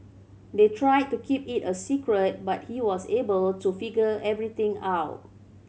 they tried to keep it a secret but he was able to figure everything out